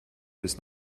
bis